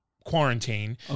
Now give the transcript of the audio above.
Quarantine